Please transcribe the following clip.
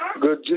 good